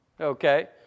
okay